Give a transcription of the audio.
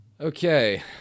Okay